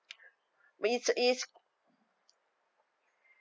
but is is